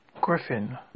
Griffin